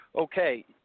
okay